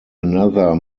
another